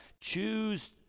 choose